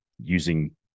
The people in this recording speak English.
using